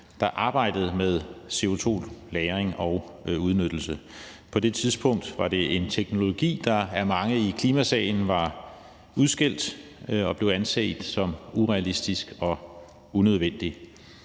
der arbejdede med CO2-lagring og -udnyttelse. På det tidspunkt var det en teknologi, der af mange i klimasagen var udskældt og blev anset som urealistisk og unødvendig.